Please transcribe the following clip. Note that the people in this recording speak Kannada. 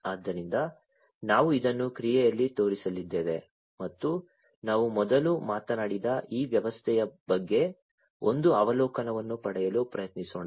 ಆದ್ದರಿಂದ ನಾವು ಇದನ್ನು ಕ್ರಿಯೆಯಲ್ಲಿ ತೋರಿಸಲಿದ್ದೇವೆ ಮತ್ತು ನಾವು ಮೊದಲು ಮಾತನಾಡಿದ ಈ ವ್ಯವಸ್ಥೆಯ ಬಗ್ಗೆ ಒಂದು ಅವಲೋಕನವನ್ನು ಪಡೆಯಲು ಪ್ರಯತ್ನಿಸೋಣ